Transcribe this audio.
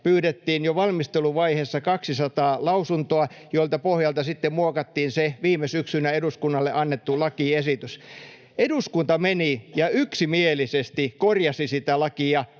pyydettiin jo valmisteluvaiheessa 200 lausuntoa, joiden pohjalta sitten muokattiin se viime syksynä eduskunnalle annettu lakiesitys. Eduskunta meni ja yksimielisesti korjasi sitä lakia